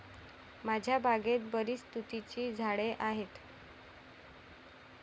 माझ्या बागेत बरीच तुतीची झाडे आहेत